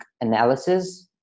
analysis